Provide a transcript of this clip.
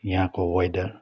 यहाँको वेदर